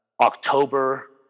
October